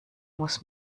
muss